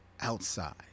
outside